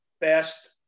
best